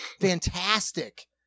Fantastic